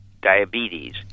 diabetes